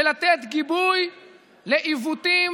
בלתת גיבוי לעיוותים